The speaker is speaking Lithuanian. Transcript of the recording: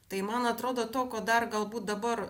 tai man atrodo to ko dar galbūt dabar